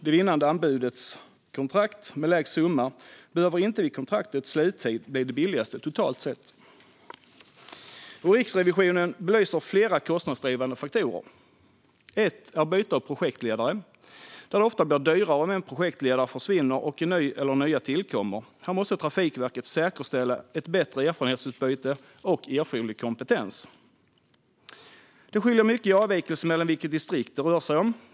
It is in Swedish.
Det vinnande anbudets kontrakt med lägst summa behöver inte bli det billigaste totalt sett vid kontraktets sluttid. Riksrevisionen belyser flera kostnadsdrivande faktorer. Ett är byte av projektledare. Ofta blir det dyrare om en projektledare försvinner och en ny eller nya tillkommer. Här måste Trafikverket säkerställa ett bättre erfarenhetsutbyte och erforderlig kompetens. Det skiljer mycket i avvikelse mellan vilket distrikt det rör sig om.